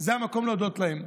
וזה המקום להודות להם.